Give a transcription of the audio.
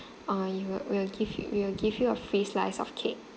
uh you will we will give you will give you a free slice of cake